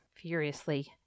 furiously